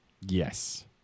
Yes